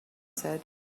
said